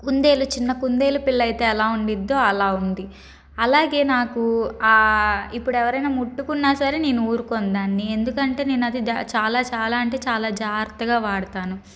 కుందేలు చిన్న కుందేలు పిల్లయితే ఎలా ఉండిద్దో అలా ఉంది అలాగే నాకు ఇప్పుడు ఎవరయినా ముట్టుకున్నా సరే నేను ఊరుకోను దాన్ని ఎందుకంటే నేను అది దా చాలా చాలా అంటే చాలా జాగ్రత్తగా వాడుతాను